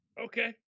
Okay